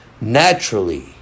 naturally